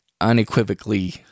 unequivocally